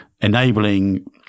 enabling